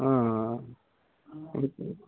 ఆ